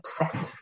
obsessively